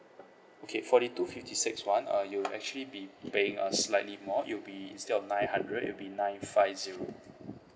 okay for the two fifty six one uh you'll actually be paying uh slightly more it will be instead of nine hundred it will be nine five zero